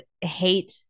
hate